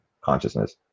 consciousness